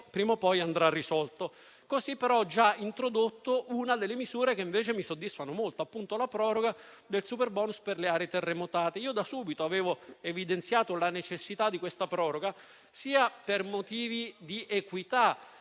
prima o poi andrà risolto. Così, però, ho già introdotto una delle misure che, invece, mi soddisfano molto, appunto la proroga del superbonus per le aree terremotate. Da subito avevo evidenziato la necessità di questa proroga. Innanzitutto per motivi di equità,